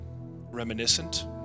reminiscent